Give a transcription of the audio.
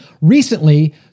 recently